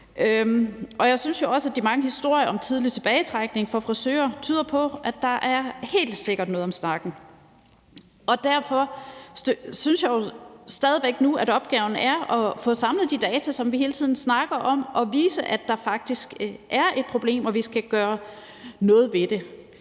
Jeg synes også, at de mange historier om tidlig tilbagetrækning i frisørbranchen tyder på, at der helt sikkert er noget om snakken. Derfor synes jeg jo stadig væk, at opgaven nu er at få samlet de data, som vi hele tiden snakker om, og vise, at der faktisk er et problem, og at vi skal gøre noget ved det.